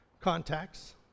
contacts